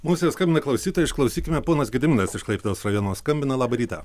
mums jau skambina klausytojai išklausykime ponas gediminas iš klaipėdos rajono skambina labą rytą